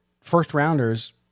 first-rounders